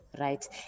right